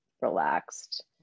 relaxed